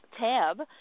tab